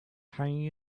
hanging